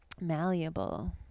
malleable